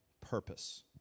Purpose